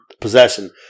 possession